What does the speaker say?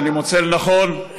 אני מוצא לנכון,